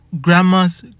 grandma's